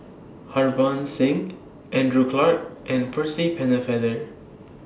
Harbans Singh Andrew Clarke and Percy Pennefather